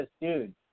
dude